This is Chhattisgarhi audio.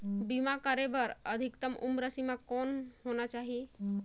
बीमा करे बर अधिकतम उम्र सीमा कौन होना चाही?